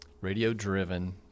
Radio-driven